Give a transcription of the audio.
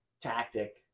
tactic